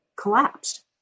collapsed